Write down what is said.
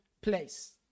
place